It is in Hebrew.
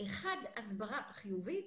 הסברה חיובית.